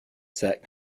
set